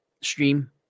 stream